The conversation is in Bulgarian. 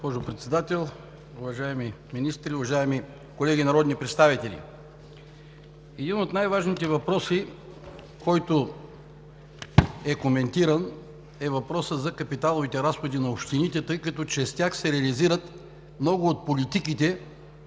госпожо Председател, уважаеми министри, уважаеми колеги народни представители! Един от най-важните коментирани въпроси е въпросът за капиталовите разходи на общините, тъй като чрез тях се реализират много от политиките,